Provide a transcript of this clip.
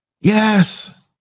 yes